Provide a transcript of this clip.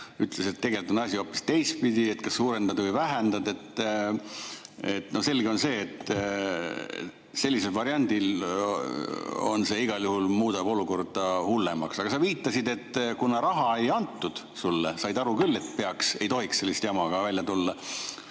ütles, et tegelikult on asi hoopis teistpidi, et kas suurendada või vähendada. Selge on see, et selline variant igal juhul muudab olukorra hullemaks. Aga sa viitasid, et kuna raha sulle ei antud, said aru küll, et ei tohiks sellise jamaga välja tulla.